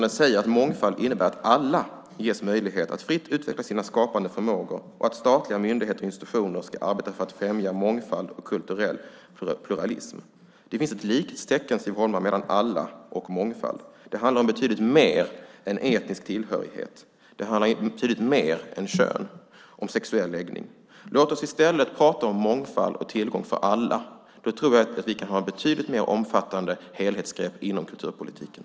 Man säger att mångfald innebär att alla ges möjlighet att fritt utveckla sina skapande förmågor och att statliga myndigheter och institutioner ska arbeta för att främja mångfald och kulturell pluralism. Det finns ett likhetstecken, Siv Holma, mellan alla och mångfald. Det handlar om betydligt mer än etnisk tillhörighet. Det handlar om betydligt mer än kön och sexuell läggning. Låt oss i stället prata om mångfald och tillgång för alla! Då tror jag att vi kan ha ett betydligt mer omfattande helhetsgrepp inom kulturpolitiken.